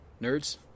nerds